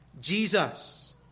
Jesus